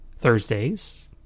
Thursdays